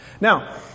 Now